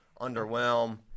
underwhelm